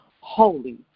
holy